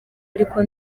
ariko